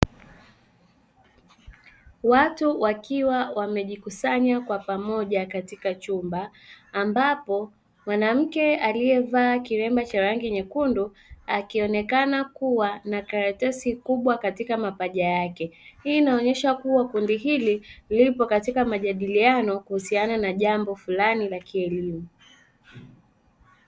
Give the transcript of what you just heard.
Watu wakiwa wamejikusanya kwa pamoja katika chumba, ambapo mwanamke aliyevaa kilemba cha rangi nyekundu akionekana kuwa na karatasi kubwa katika mapaja yake, hii inaonyesha kuwa kundi hili lipo katika majadiliano kuhusiana na jambo fulani la kielimu.